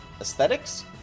aesthetics